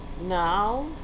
Now